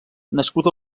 nascut